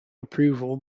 approval